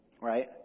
Right